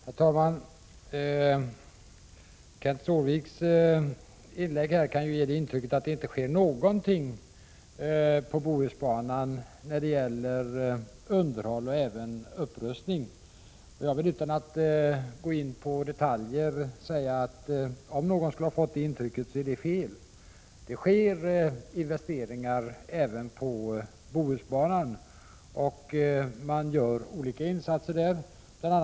Herr talman! Kenth Skårviks inlägg kan ge intrycket att det inte sker någonting när det gäller underhåll och upprustning på Bohusbanan. Utan att gå in på detaljer vill jag säga att om någon skulle ha fått det intrycket så är det fel. Det sker nämligen investeringar även på Bohusbanan, och man gör olika insatser där. Bl.